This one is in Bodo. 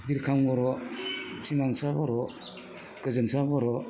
बिरखां बर' सिमांसा बर' गोजोनसा बर'